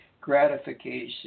gratification